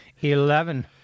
Eleven